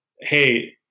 hey